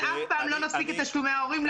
אם אף פעם לא נפסיק את תשלומי ההורים,